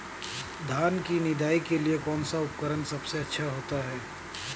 धान की निदाई के लिए कौन सा उपकरण सबसे अच्छा होता है?